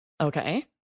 Okay